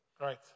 Right